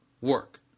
work